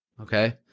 okay